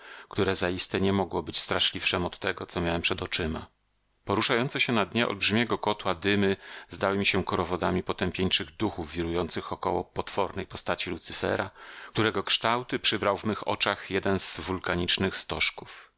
które zaiste nie mogło być straszliwszem od tego co miałem przed oczyma poruszające się na dnie olbrzymiego kotła dymy zdały mi się korowodami potępieńczych duchów wirujących około potwornej postaci lucyfera którego kształty przybrał w mych oczach jeden z wulkanicznych stożków